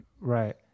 right